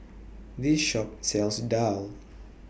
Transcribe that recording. This Shop sells Daal